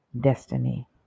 destiny